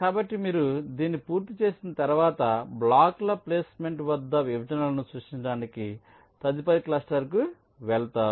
కాబట్టి మీరు దీన్ని పూర్తి చేసిన తర్వాత బ్లాక్ల ప్లేస్మెంట్ వద్ద విభజనలను సృష్టించడానికి తదుపరి క్లస్టర్కు వెళతారు